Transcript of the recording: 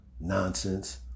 nonsense